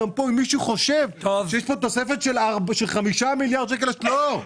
מי שחושב שיש כאן תוספת של 5 מיליארד שקלים לא,